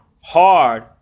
hard